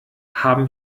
haben